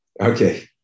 okay